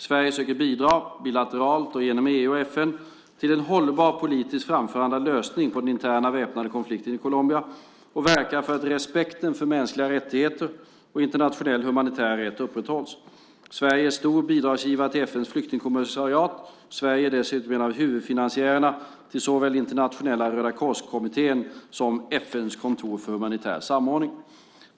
Sverige söker bidra, bilateralt och genom EU och FN, till en hållbar politiskt framförhandlad lösning på den interna väpnade konflikten i Colombia och verkar för att respekten för mänskliga rättigheter och internationell humanitär rätt upprätthålls. Sverige är stor bidragsgivare till FN:s flyktingkommissariat. Sverige är dessutom en av huvudfinansiärerna till såväl Internationella rödakorskommittén som FN:s kontor för humanitär samordning.